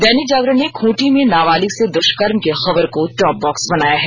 दैनिक जागरण ने खूंटी में नाबालिक से दुश्कर्म की खबर को टॉपबॉक्स बनाया है